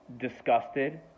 disgusted